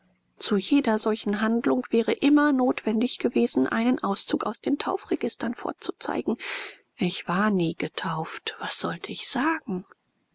zu jeder solchen handlung wäre immer notwendig gewesen einen auszug aus den taufregistern vorzuzeigen ich war nie getauft was sollte ich sagen